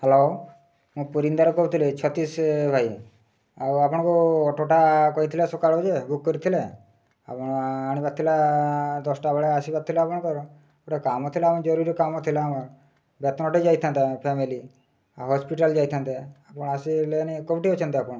hello ମୁଁ ପୁରୀନ୍ଦର୍ କହୁଥିଲି ସତିଶ ଭାଇ ଆଉ ଆପଣଙ୍କୁ ଅଟୋଟା କହିଥିଲା ସକାଳୁ ଯେ ବୁକ୍ କରିଥିଲେ ଆପଣ ଆଣିବାର ଥିଲା ଦଶଟା ବେଳେ ଆସିବାର ଥିଲା ଆପଣଙ୍କର ଗୋଟେ କାମ ଥିଲା ଆମେ ଜରୁରୀ କାମ ଥିଲା ଆମର ବେତନଟେ ଯାଇଥାନ୍ତେ ଫ୍ୟାମିଲି ଆଉ ହସ୍ପିଟାଲ୍ ଯାଇଥାନ୍ତେ ଆପଣ ଆସିଲେନି କୋଉଠି ଅଛନ୍ତି ଆପଣ